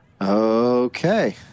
Okay